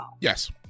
yes